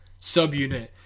subunit